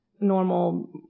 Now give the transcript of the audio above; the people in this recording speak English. normal